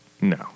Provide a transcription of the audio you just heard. No